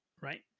right